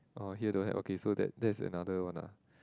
oh here don't have okay so that that's another one ah